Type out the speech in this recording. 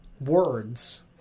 words